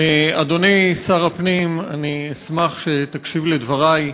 אדוני שר הפנים, אני אשמח שתקשיב לדברי.